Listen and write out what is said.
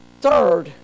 Third